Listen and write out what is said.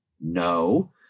No